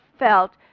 felt